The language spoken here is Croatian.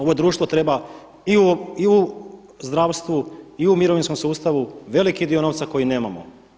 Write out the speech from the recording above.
Ovo društvo treba i u zdravstvu i u mirovinskom sustavu veliki dio novca koji nemamo.